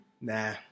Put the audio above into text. Nah